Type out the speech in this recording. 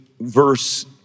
verse